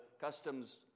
customs